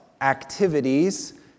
activities